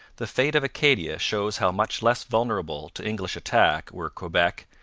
the fate of acadia shows how much less vulnerable to english attack were quebec,